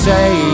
Say